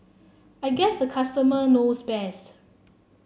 I guess the customer knows best